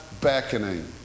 beckoning